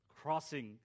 crossing